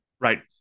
right